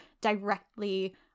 directly